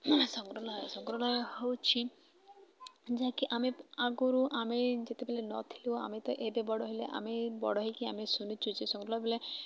ମାନେ ସଂଗ୍ରହାଳୟ ସଂଗ୍ରହାଳୟ ହେଉଛି ଯାହାକି ଆମେ ଆଗରୁ ଆମେ ଯେତେବେଲେ ନଥିଲୁ ଆମେ ତ ଏବେ ବଡ଼ ହେଲେ ଆମେ ବଡ଼ ହେଇକି ଆମେ ଶୁଣିଛୁ ଯେ ସଂଗ୍ରହାଳୟ ବୋଲେ